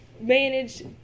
manage